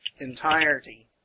entirety